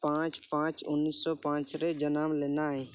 ᱯᱟᱸᱪ ᱯᱟᱸᱪ ᱩᱱᱤᱥᱥᱚ ᱯᱟᱸᱪ ᱨᱮ ᱡᱟᱱᱟᱢ ᱞᱮᱱᱟᱭ